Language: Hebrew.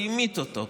והמית אותו,